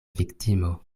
viktimo